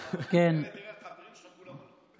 תראה, החברים שלך כולם הלכו.